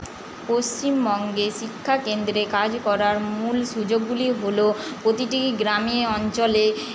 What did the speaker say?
পশ্চিমবঙ্গে শিক্ষাকেন্দ্রে কাজ করার মূল সুযোগগুলি হলো প্রতিটি গ্রামে অঞ্চলে